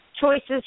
choices